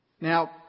Now